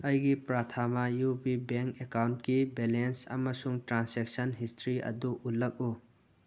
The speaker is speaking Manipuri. ꯑꯩꯒꯤ ꯄ꯭ꯔꯊꯥꯃꯥ ꯌꯨ ꯄꯤ ꯕꯦꯡ ꯑꯦꯀꯥꯎꯟꯀꯤ ꯕꯦꯂꯦꯟꯁ ꯑꯃꯁꯨꯡ ꯇ꯭ꯔꯥꯟꯖꯦꯛꯁꯟ ꯍꯤꯁꯇ꯭ꯔꯤ ꯑꯗꯨ ꯎꯠꯂꯛꯎ